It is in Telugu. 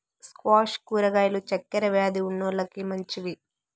స్క్వాష్ కూరగాయలు చక్కర వ్యాది ఉన్నోలకి మంచివి